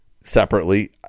separately